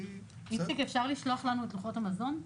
אפשר לשלוח לנו את לוחות המזון?